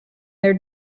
their